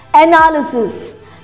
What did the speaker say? Analysis